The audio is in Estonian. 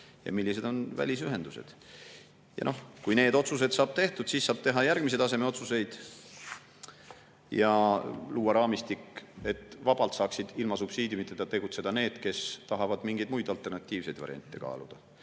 millised on välisühendused. Kui need otsused saab tehtud, siis saab teha järgmise taseme otsuseid ja luua raamistiku, et saaksid vabalt, ilma subsiidiumiteta tegutseda need, kes tahavad mingeid muid, alternatiivseid variante kaaluda.